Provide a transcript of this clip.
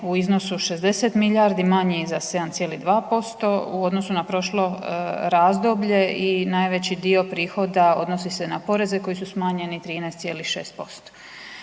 u iznosu 60 milijardi, manji za 7,2% u odnosu na prošlo razdoblje i najveći dio prihoda odnosi se na poreze koji su smanjeni 13,6%.